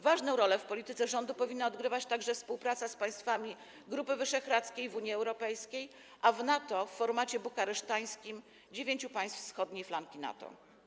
Ważną rolę w polityce rządu powinna odgrywać także współpraca z państwami Grupy Wyszehradzkiej w Unii Europejskiej, a w NATO w formacie bukareszteńskim - dziewięciu państw wschodniej flanki NATO.